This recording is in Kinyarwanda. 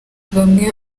bamwe